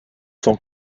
sont